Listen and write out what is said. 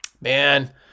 Man